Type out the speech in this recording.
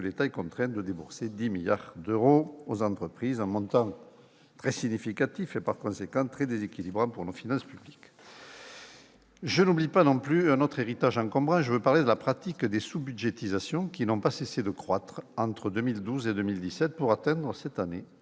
l'État est contraint de rembourser 10 milliards d'euros aux entreprises, un montant très significatif et, par conséquent, extrêmement déséquilibrant pour nos finances publiques. Je n'oublie pas non plus un autre héritage encombrant. Je veux parler de la pratique des sous-budgétisations, qui n'ont cessé de croître entre 2012 et 2017, pour atteindre cette année